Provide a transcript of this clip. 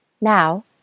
Now